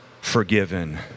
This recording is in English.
forgiven